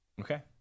okay